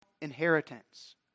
inheritance